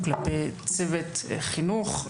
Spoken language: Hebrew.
או כלפי צוות חינוך.